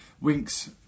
Winks